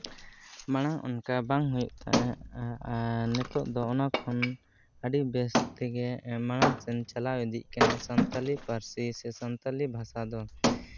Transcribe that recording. ᱢᱟᱲᱟᱝ ᱚᱱᱠᱟ ᱵᱟᱭ ᱦᱩᱭᱩᱜ ᱛᱟᱦᱮᱸᱫ ᱱᱤᱛᱚᱜ ᱫᱚ ᱚᱱᱟ ᱠᱷᱚᱱ ᱟᱹᱰᱤ ᱵᱮᱹᱥ ᱮᱜᱮ ᱢᱟᱲᱟᱝ ᱠᱷᱚᱱ ᱪᱟᱞᱟᱣ ᱤᱫᱤᱜ ᱠᱟᱱᱟ ᱥᱟᱱᱛᱟᱲᱤ ᱯᱟᱹᱨᱥᱤ ᱥᱮ ᱥᱟᱱᱛᱟᱲᱤ ᱵᱷᱟᱥᱟ ᱫᱚ